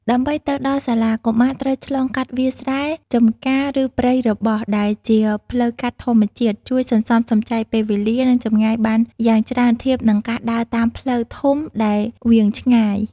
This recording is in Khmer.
ដើម្បីទៅដល់សាលា កុមារត្រូវឆ្លងកាត់វាលស្រែ ចម្ការ ឬព្រៃរបោះ ដែលជា ផ្លូវកាត់ធម្មជាតិ ជួយសន្សំសំចៃពេលវេលា និងចម្ងាយបានយ៉ាងច្រើនធៀបនឹងការដើរតាមផ្លូវធំដែលវាងឆ្ងាយ។